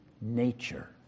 nature